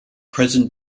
present